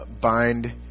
bind